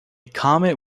comet